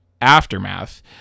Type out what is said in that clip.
aftermath